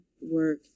work